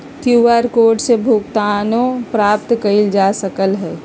QR code से भुगतानो प्राप्त कएल जा सकल ह